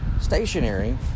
stationary